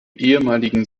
ehemaligen